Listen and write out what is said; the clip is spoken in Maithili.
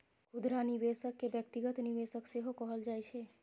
खुदरा निवेशक कें व्यक्तिगत निवेशक सेहो कहल जाइ छै